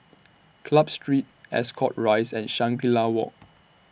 Club Street Ascot Rise and Shangri La Walk